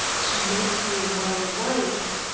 to make you my wife?